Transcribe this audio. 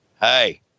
Hey